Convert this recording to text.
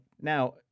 now